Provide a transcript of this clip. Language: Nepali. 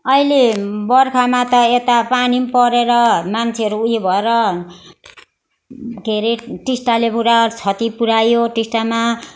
अहिले बर्खामा त यता पानी पनि परेर मान्छेहरू उयो भएर के अरे टिस्टाले पुरा क्षति पुर्यायो टिस्टामा